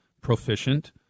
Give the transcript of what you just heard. proficient